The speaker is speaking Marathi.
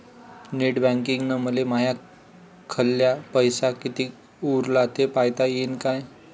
नेट बँकिंगनं मले माह्या खाल्ल पैसा कितीक उरला थे पायता यीन काय?